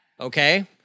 okay